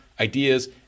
ideas